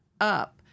up